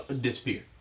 Disappear